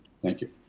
thank you.